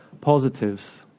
positives